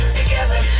together